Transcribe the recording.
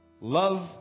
love